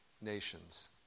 nations